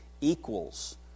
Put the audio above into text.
equals